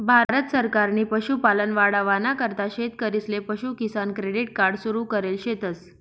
भारत सरकारनी पशुपालन वाढावाना करता शेतकरीसले पशु किसान क्रेडिट कार्ड सुरु करेल शेतस